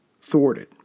thwarted